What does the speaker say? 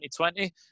2020